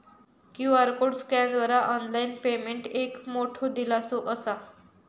QR code स्कॅनरद्वारा online payment एक मोठो दिलासो असा